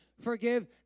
Forgive